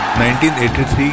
1983